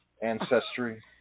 Ancestry